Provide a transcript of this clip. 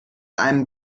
einem